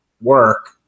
work